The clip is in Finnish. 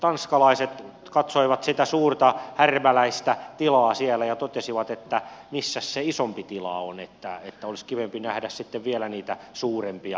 tanskalaiset katsoivat sitä suurta härmäläistä tilaa siellä ja totesivat että missäs se isompi tila on että olisi kivempi nähdä sitten vielä niitä suurempia